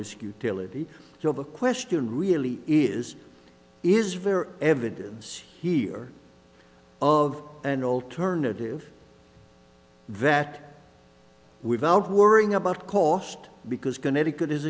risk utility so the question really is is fair evidence here of an alternative that without worrying about cost because connecticut is